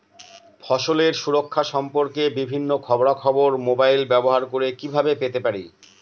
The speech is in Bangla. ফসলের সুরক্ষা সম্পর্কে বিভিন্ন খবরা খবর মোবাইল ব্যবহার করে কিভাবে পেতে পারি?